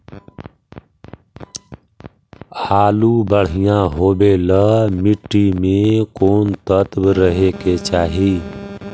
आलु बढ़िया होबे ल मट्टी में कोन तत्त्व रहे के चाही?